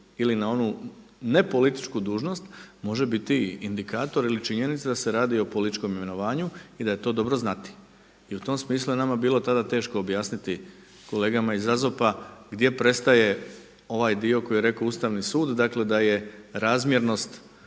ili na onu nepolitičku dužnost može biti indikator ili činjenica da se radi o političkom imenovanju i da je to dobro znati. I u tom smislu je nama bilo tada teško objasniti kolegama iz AZOP-a gdje prestaje ovaj dio koji je rekao Ustavni sud, dakle da je razmjernost